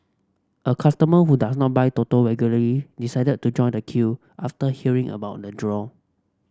a customer who does not buy Toto regularly decided to join the queue after hearing about the draw